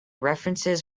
references